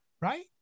right